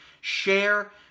share